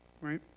right